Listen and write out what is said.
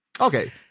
Okay